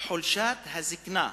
חולשת הזיקנה"